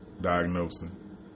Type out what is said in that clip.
diagnosing